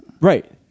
Right